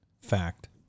Fact